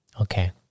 Okay